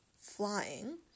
flying